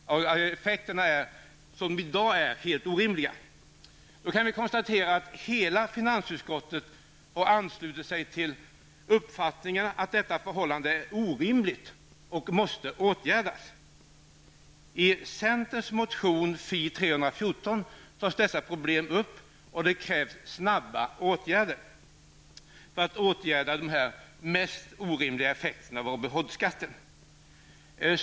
Effekterna är i dag helt orimliga. Nu kan vi konstatera att hela finansutskottet har anslutit sig till uppfattningen att detta förhållande är orimligt och måste åtgärdas. I centerns motion Fi314 tas dessa problem upp och snabba åtgärder krävs för att man skall komma till rätta med de mest orimliga effekterna av Robin Hood-skatten.